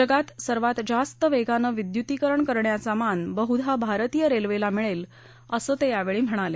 जगात सर्वात जास्त वेगानं विद्युतीकरण करण्याचा मान बह्धा भारतीय रेल्वेला मिळेल असं गोयल यांनी सांगितलं